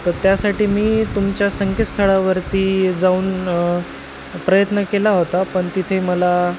तर त्यासाठी मी तुमच्या संकेतस्थळावरती जाऊन प्रयत्न केला होता पण तिथे मला